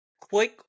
Quick